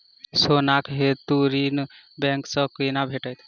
सोनाक हेतु ऋण बैंक सँ केना भेटत?